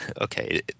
Okay